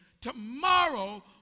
Tomorrow